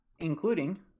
including